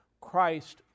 Christ